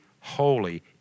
holy